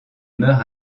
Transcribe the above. meurt